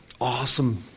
awesome